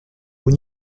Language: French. haut